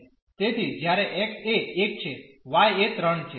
તેથી જ્યારે x એ 1 છે y એ 3 છે